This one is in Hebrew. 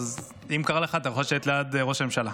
אז אם קר לך, אתה יכול לשבת ליד ראש הממשלה.